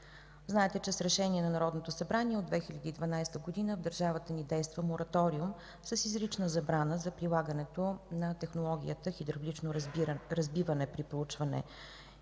Знаете, че с Решение на Народното събрание от 2012 г. в държавата ни действа мораториум с изрична забрана за прилагането на технологията „Хидравлично разбиване” при проучване